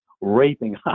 raping